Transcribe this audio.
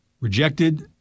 rejected